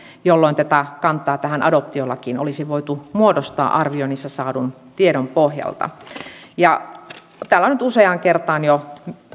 jolloin tätä kantaa tähän adoptiolakiin olisi voitu muodostaa arvioinnissa saadun tiedon pohjalta täällä on nyt useaan kertaan jo